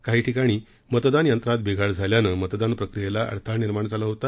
काही ठिकाणी मतदान यंत्रात बिघाड झाल्यानं मतदान प्रक्रियेला अडथळा निर्माण झाला होता